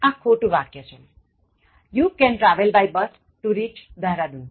આ ખોટું વાક્ય છે You can travel by bus to reach Dehradun